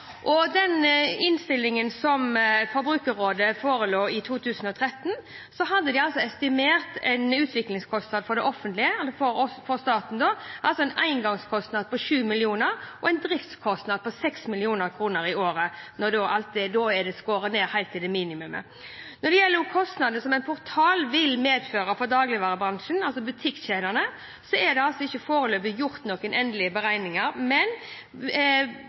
den utredningen som forelå fra Forbrukerrådet i 2013, var det estimert en utviklingskostnad – en engangskostnad – for det offentlige, for staten, på 7 mill. kr og en driftskostnad på 6 mill. kr i året – da er det skåret ned helt til et minimum. Når det gjelder kostnadene som en portal vil medføre for dagligvarebransjen, altså butikkjedene, er det foreløpig ikke gjort noen endelige beregninger, men